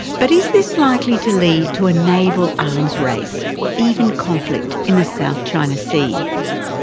but is this likely to lead to a naval arms race or even conflict in the south china sea?